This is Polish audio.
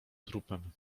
trupem